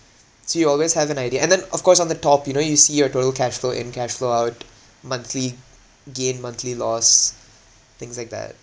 see you always have an idea and then of course on the top you know you see your total cash flow in cash flow out monthly gain monthly loss things like that